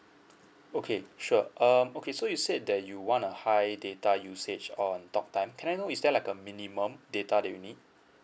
okay sure um okay so you said that you want a high data usage on talk time can I know is there like a minimum data that you need